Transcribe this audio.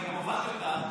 אני הובלתי אותה,